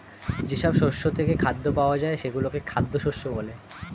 যেসব শস্য থেকে খাদ্য পাওয়া যায় সেগুলোকে খাদ্য শস্য বলে